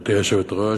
גברתי היושבת-ראש,